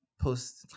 post